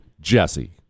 jesse